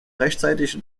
rechtzeitig